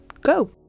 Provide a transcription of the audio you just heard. go